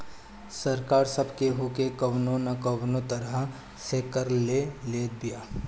सरकार सब केहू के कवनो ना कवनो तरह से कर ले लेत बिया